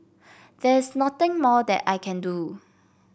there's nothing more that I can do